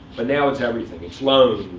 but now, it's everything. it's loans,